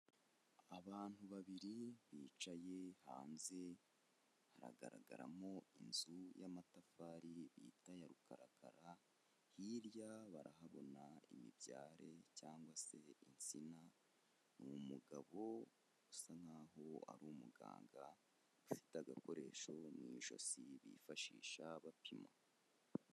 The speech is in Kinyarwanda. Abantu babiri bicaye hanze hagaragaramo inzu y'amatafari bita aya rukarakara, hirya barahabona imibyare cyangwa se insina, ni umugabo usa nkaho ari umuganga ufite agakoresho mu ijosi bifashisha bapima.